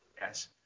Yes